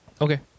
Okay